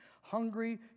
hungry